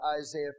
Isaiah